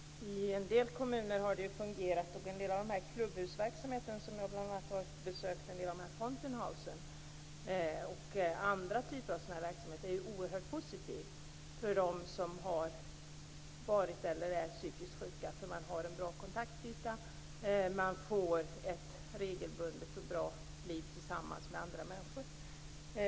I en del kommuner har det fungerat. En del av den klubbhusverksamhet - Fountain House - och annan typ av verksamhet jag har besökt är oerhört positiv för dem som har varit eller är psykiskt sjuka. Man har en bra kontaktyta. Man får ett regelbundet och bra liv tillsammans med andra människor.